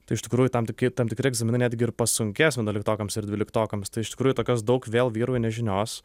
tai iš tikrųjų tam tiki tam tikri egzaminai netgi ir pasunkės vienuoliktokams ir dvyliktokams tai iš tikrųjų tokios daug vėl vyrauja nežinios